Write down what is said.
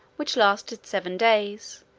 which lasted seven days,